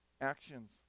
actions